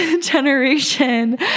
generation